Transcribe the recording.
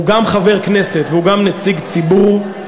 הוא גם חבר הכנסת והוא גם נציג ציבור,